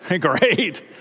Great